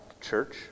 church